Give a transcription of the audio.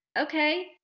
Okay